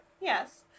Yes